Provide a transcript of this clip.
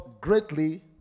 greatly